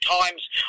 times